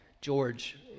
George